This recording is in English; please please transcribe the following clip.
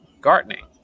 gardening